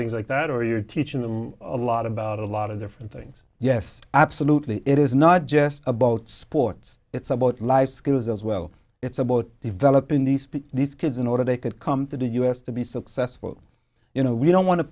things like that or you're teaching them a lot about a lot of different things yes absolutely it is not just about sports it's about life skills as well it's about developing these these kids in order they could come to the u s to be successful you know we don't want to